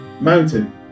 mountain